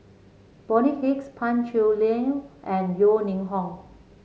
Bonny Hicks Pan Cheng Lui and Yeo Ning Hong